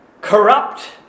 corrupt